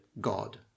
God